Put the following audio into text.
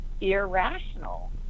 irrational